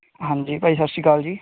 ਹਾਂਜੀ ਭਾਅ ਜੀ ਸਤਿ ਸ਼੍ਰੀ ਅਕਾਲ ਜੀ